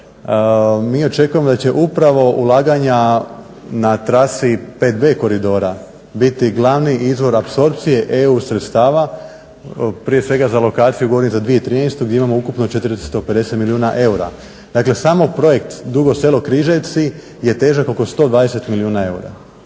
Mi očekujemo da će upravo ulaganja na trasi 5B Koridora biti glavni izvor apsorpcije EU sredstava prije svega za alokaciju govorim za 2013. gdje imamo ukupno 450 milijuna eura. Dakle, samo projekt Dugo Selo-Križevci je težak oko 120 milijuna eura.